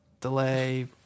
delay